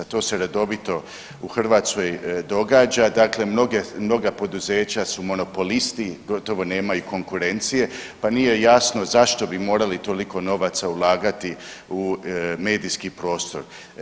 To se redovito u Hrvatskoj događa dakle mnoga poduzeća su monopolisti gotovo nemaju konkurencije pa nije jasno zašto bi morali toliko novaca ulagati u medijski prostor?